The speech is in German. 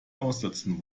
aussetzen